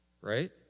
Right